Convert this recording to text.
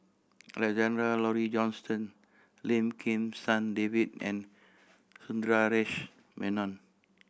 Alexander Laurie Johnston Lim Kim San David and Sundaresh Menon